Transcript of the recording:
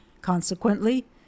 consequently